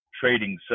trading